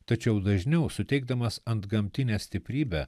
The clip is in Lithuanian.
tačiau dažniau suteikdamas antgamtinę stiprybę